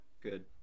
Good